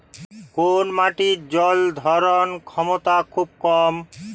কোন মাটির জল ধারণ ক্ষমতা খুব কম?